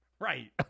Right